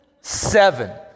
seven